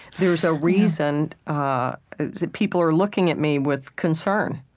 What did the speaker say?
there's a reason ah that people are looking at me with concern.